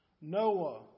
Noah